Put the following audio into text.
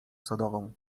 sodową